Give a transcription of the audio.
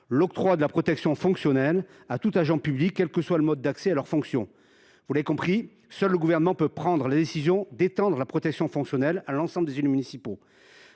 l’octroi de la protection fonctionnelle à tout agent public quel que soit le mode d’accès à leurs fonctions ». Vous l’avez compris, seul le Gouvernement peut prendre la décision d’étendre la protection fonctionnelle à l’ensemble des élus municipaux.